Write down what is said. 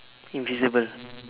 invisible